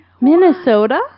Minnesota